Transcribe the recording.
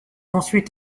ensuite